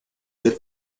del